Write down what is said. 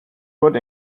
good